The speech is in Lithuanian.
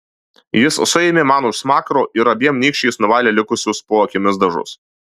jis suėmė man už smakro ir abiem nykščiais nuvalė likusius po akimis dažus